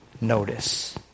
notice